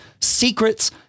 secrets